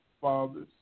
fathers